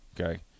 okay